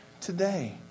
today